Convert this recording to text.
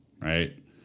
right